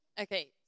Okay